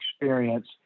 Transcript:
experience